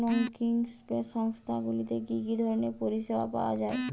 নন banking সংস্থা গুলিতে কি কি ধরনের পরিসেবা পাওয়া য়ায়?